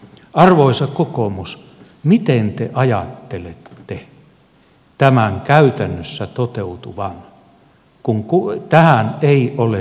arvoisa kokoomus miten te ajattelette tämän käytännössä toteutuvan kun tähän ei ole sitoutumista